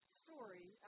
story